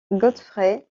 godfrey